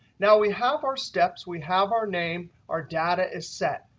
now, we have our steps. we have our name. our data is set.